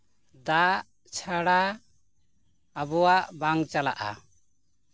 ᱫᱟᱜ ᱪᱷᱟᱲᱟ ᱟᱵᱚᱣᱟᱜ ᱵᱟᱝ ᱪᱟᱞᱟᱜᱼᱟ